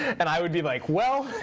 and i would be like, well,